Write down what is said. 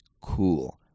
cool